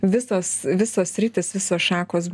visos visos sritys visos šakos